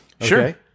Sure